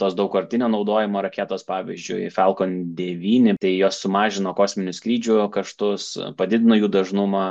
tos daugkartinio naudojimo raketos pavyzdžiui falkon devyni tai jos sumažino kosminių skrydžių kaštus padidino jų dažnumą